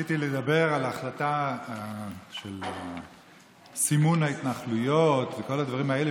רציתי לדבר על ההחלטה של סימון מוצרי ההתנחלויות וכל הדברים האלה,